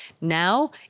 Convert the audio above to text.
Now